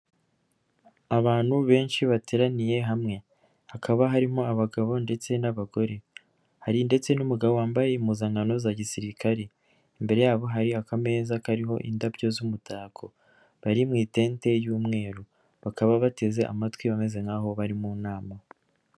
Abantu benshi bateraniye hamwe hakaba harimo abagabo ndetse n'abagore, hari ndetse n'umugabo wambaye impuzankano za gisirikari. Imbere yabo hari akameza kariho indabyo z'umutako. Bari mu itente y'umweru, bakaba bateze amatwi bameze nk'aho bari mu nama.